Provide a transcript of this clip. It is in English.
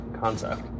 concept